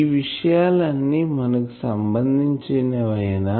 ఈ విషయాలు అన్ని మనకు సంబంధించినవేనా